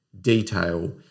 detail